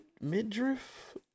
midriff